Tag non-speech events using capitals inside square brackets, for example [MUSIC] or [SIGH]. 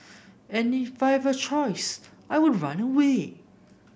and if I [UNINTELLIGIBLE] a choice I would run away